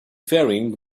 faring